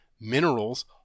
minerals